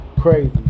crazy